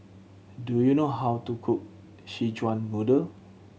do you know how to cook Szechuan Noodle